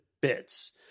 bits